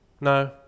no